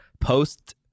post